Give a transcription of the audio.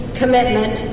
commitment